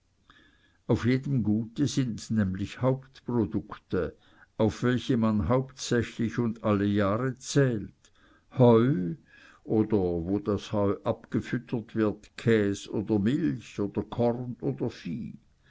auf jedem gute sind nämlich hauptprodukte auf welche man hauptsächlich und alle jahre zählt heu oder wo das heu abgefüttert wird käs oder milch oder korn oder vieh